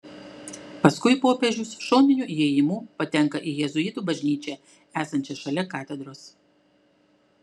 paskui popiežius šoniniu įėjimu patenka į jėzuitų bažnyčią esančią šalia katedros